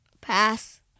Pass